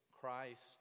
Christ